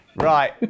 Right